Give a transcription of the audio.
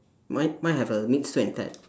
mine mine have a meet sue and ted